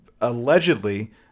allegedly